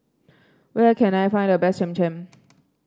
where can I find the best Cham Cham